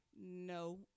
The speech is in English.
No